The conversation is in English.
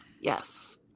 Yes